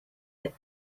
that